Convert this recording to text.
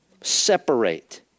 separate